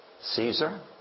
Caesar